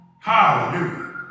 Hallelujah